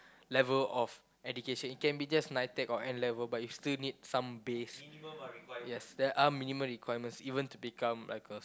level of education it can be just Nitec or N-level but you still need some base yes there are minimum requirements even to become like a